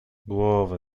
głowę